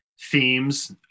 themes